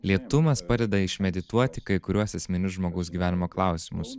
lėtumas padeda išmedituoti kai kuriuos esminius žmogaus gyvenimo klausimus